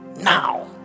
Now